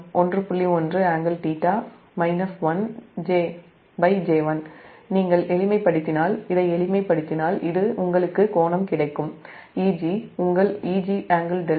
1∟𝜽 1j1 நீங்கள் எளிமைப்படுத்தினால் உங்களுக்கு கோணம் கிடைக்கும் Eg உங்கள் Eg∟δ 1